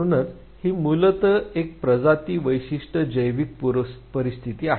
म्हणूनच ही मूलत एक प्रजाती विशिष्ट जैविक पूर्वस्थिती आहे